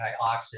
antioxidant